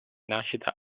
nascita